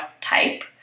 type